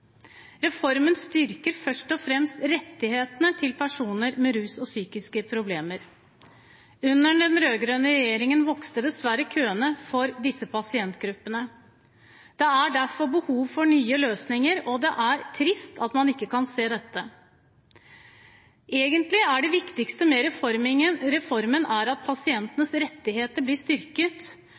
Reformen styrker først og fremst rettighetene til personer med rusproblemer og psykiske problemer. Under den rød-grønne regjeringen vokste dessverre køene for disse pasientgruppene. Det er derfor behov for nye løsninger, og det er trist at man ikke kan se dette. Egentlig er det viktigste med reformen at pasientenes rettigheter blir styrket.